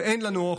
ואין לנו אוכל.